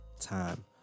time